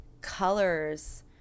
colors